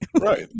right